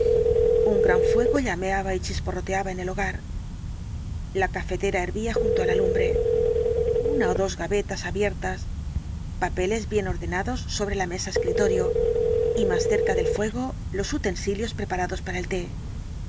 un gran fuego llameaba y chisporroteaba en el hogar la cafetera hervía junto á la lumbre una ó dos gavetas abiertas papeles bien ordenados sobre la mesa escritorio y más cerca del fuego los utensilios preparados para el te